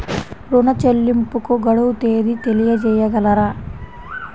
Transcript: ఋణ చెల్లింపుకు గడువు తేదీ తెలియచేయగలరా?